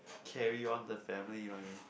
carry on the family you know what I mean